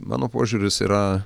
mano požiūris yra